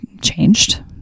changed